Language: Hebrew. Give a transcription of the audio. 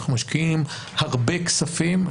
אנחנו משקיעים הרבה כספים,